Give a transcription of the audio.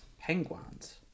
penguins